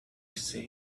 see